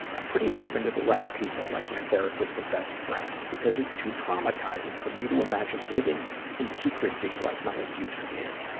i'm pretty open to the right people, like my therapist and best friends, because it's too traumatizing for me to imagine living in secrecy like my abuser did.